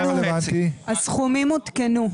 הסכומים עודכנו.